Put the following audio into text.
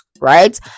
Right